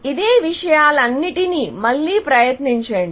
ఇదే విషయాలన్నింటినీ మళ్లీ ప్రయత్నించండి